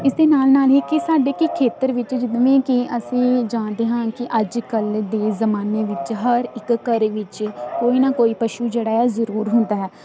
ਇਸ ਦੇ ਨਾਲ ਨਾਲ ਹੀ ਕਿ ਸਾਡੇ ਕਿ ਖੇਤਰ ਵਿੱਚ ਜਿਵੇਂ ਕਿ ਅਸੀਂ ਜਾਣਦੇ ਹਾਂ ਕਿ ਅੱਜ ਕੱਲ੍ਹ ਦੇ ਜ਼ਮਾਨੇ ਵਿੱਚ ਹਰ ਇੱਕ ਘਰ ਵਿੱਚ ਕੋਈ ਨਾ ਕੋਈ ਪਸ਼ੂ ਜਿਹੜਾ ਜ਼ਰੂਰ ਹੁੰਦਾ ਹੈ